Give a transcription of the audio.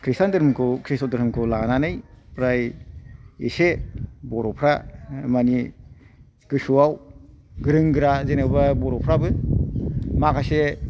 खृष्टान धोरोमखौ कृष्ण धोरोमखौ लानानै फ्राय एसे बर'फ्रा मानि गोसोआव गोरों गोरा जेन'बा बर'फ्राबो माखासे